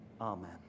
Amen